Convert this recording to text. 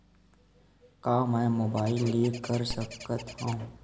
का मै मोबाइल ले कर सकत हव?